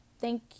Thank